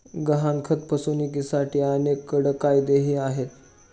गहाणखत फसवणुकीसाठी अनेक कडक कायदेही आहेत